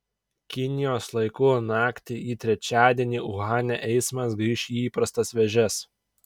kinijos laiku naktį į trečiadienį uhane eismas grįš į įprastas vėžes